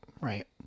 right